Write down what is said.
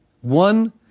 one